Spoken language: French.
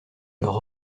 leurs